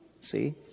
See